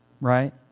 right